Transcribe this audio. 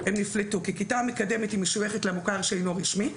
הכיתה המקדמת משויכת למוסד מוכר שאינו רשמי.